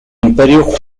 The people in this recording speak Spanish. imperio